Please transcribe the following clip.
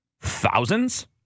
Thousands